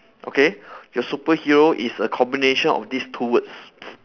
okay your superhero is a combination of this two words